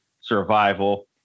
survival